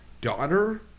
daughter